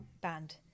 Banned